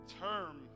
term